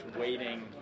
waiting